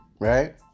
Right